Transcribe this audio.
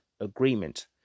Agreement